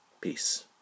Peace